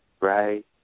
right